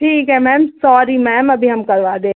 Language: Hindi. ठीक है मैम सॉरी मैम अभी हम करवा दे